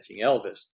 Elvis